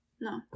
No